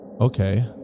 Okay